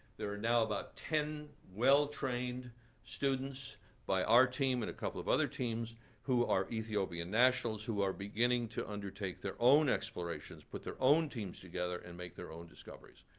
there are now about ten well-trained students by our team and a couple of other teams who are ethiopian nationals, who are beginning to undertake their own explorations, put their own teams together, and make their own discoveries.